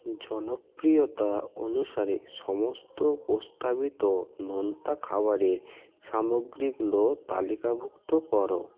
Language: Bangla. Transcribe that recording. জনপ্রিয়তা অনুসারে সমস্ত প্রস্তাবিত নোনতা খাবারের সামগ্রীগুলো তালিকাভুক্ত করো